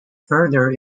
further